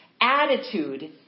attitude